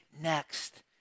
next